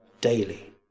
daily